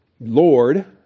Lord